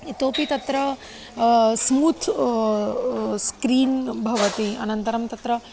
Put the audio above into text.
इतोपि तत्र smooth screen भवति अनन्तरं तत्र